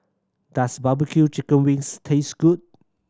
does barbecue chicken wings taste good